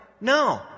No